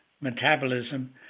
metabolism